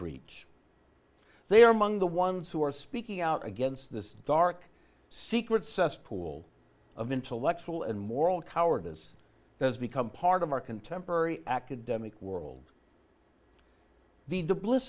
breach they are among the ones who are speaking out against this dark secret cesspool of intellectual and moral cowardice has become part of our contemporary academic world deed to bliss